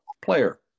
player